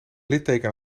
litteken